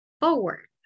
forward